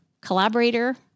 collaborator